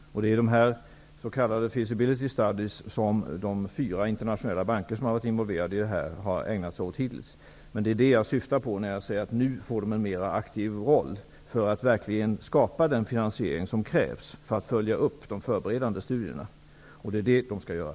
Det är s.k. ''feasibility studies'' som de fyra internationella banker som varit involverade hittills har ägnat sig åt. Det är vad jag syftar på när jag säger att dessa organ nu får en mer aktiv roll för att verkligen skapa den finansiering som krävs för att följa upp de förberedande studierna. Och det är vad de skall göra.